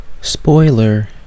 Spoiler